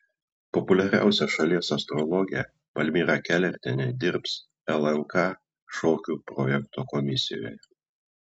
populiariausia šalies astrologė palmira kelertienė dirbs lnk šokių projekto komisijoje